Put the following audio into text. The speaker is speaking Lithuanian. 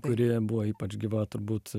kuri buvo ypač gyva turbūt